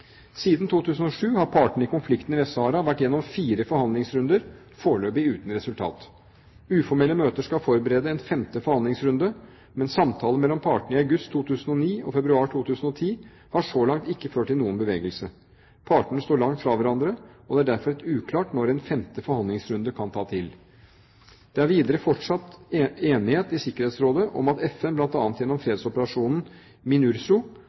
Siden 2007 har partene i konflikten i Vest-Sahara vært gjennom fire forhandlingsrunder, foreløpig uten resultat. Uformelle møter skal forberede en femte forhandlingsrunde, men samtaler mellom partene i august 2009 og i februar 2010 har så langt ikke ført til noen bevegelse. Partene står langt fra hverandre, og det er derfor uklart når en femte forhandlingsrunde kan ta til. Det er videre fortsatt enighet i Sikkerhetsrådet om at FN, bl.a. gjennom fredsoperasjonen MINURSO,